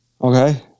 Okay